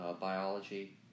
biology